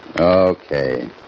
Okay